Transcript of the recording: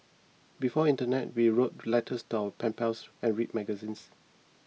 before the internet we wrote letters to our pen pals and read magazines